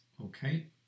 Okay